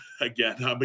again